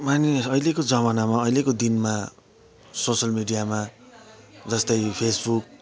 मानिस अहिलेको जमानामा अहिलेको दिनमा सोसियल मिडियामा जस्तै फेसबुक